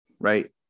right